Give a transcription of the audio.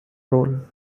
role